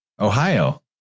Ohio